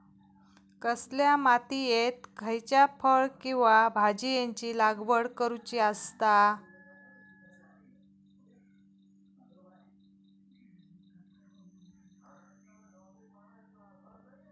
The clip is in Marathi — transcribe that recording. कसल्या मातीयेत खयच्या फळ किंवा भाजीयेंची लागवड करुची असता?